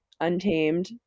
Untamed